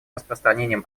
распространением